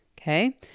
okay